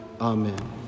Amen